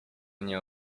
nie